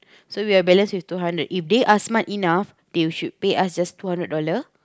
so we have balance with two hundred if they are smart enough they should pay us just two hundred dollar